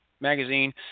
Magazine